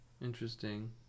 interesting